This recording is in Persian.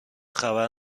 خبر